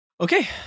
Okay